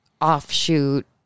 offshoot